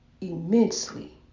immensely